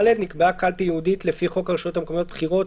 נקבעה קלפי ייעודית לפי חוק הרשויות המקומיות (בחירות),